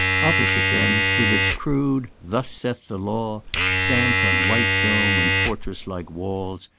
opposite them, with its crude thus saith the law stamped on white dome and fortress-like walls,